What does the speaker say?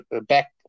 back